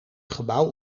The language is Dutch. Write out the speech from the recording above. gebouw